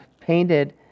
painted